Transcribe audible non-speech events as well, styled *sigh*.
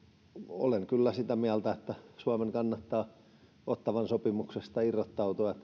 olen sitä mieltä että suomen kannattaa ottawan sopimuksesta irrottautua *unintelligible*